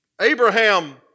Abraham